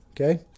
okay